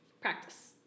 Practice